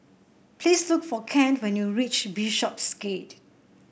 please look for Kent when you reach Bishopsgate